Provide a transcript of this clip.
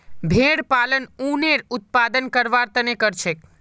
भेड़ पालन उनेर उत्पादन करवार तने करछेक